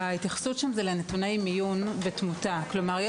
ההתייחסות שם היא לנתוני מיון ותמותה.